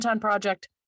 project